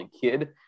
kid